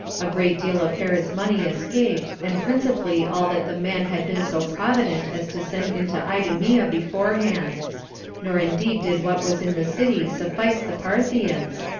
a great deal of herod's money escaped, and principally all that the man had been so provident as to send into idumea beforehand nor indeed did what was in the city suffice the parthians,